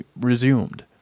resumed